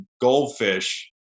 goldfish